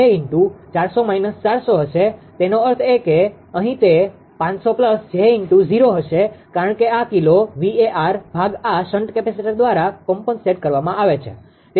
તે 500 𝑗 હશે તેનો અર્થ એ કે અહીં તે 500 𝑗0 હશે કારણ કે આ કિલો VAr ભાગ આ શન્ટ કેપેસિટર દ્વારા કોમ્પનસેટ કરવામાં આવે છે